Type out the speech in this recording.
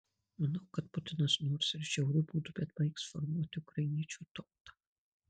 manau kad putinas nors ir žiauriu būdu bet baigs formuoti ukrainiečių tautą